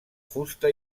fusta